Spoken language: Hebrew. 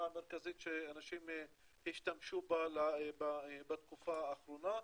המרכזית שאנשים השתמשו בה בתקופה האחרונה.